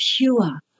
pure